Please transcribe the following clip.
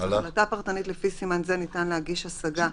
"ניתן להגיש השגה"